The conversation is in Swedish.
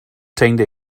tänkte